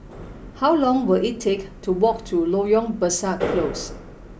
how long will it take to walk to Loyang Besar Close